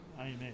Amen